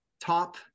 top